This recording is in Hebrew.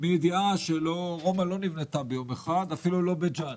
בידיעה שרומא לא נבנתה ביום אחד ואפילו לא בין ג'אן,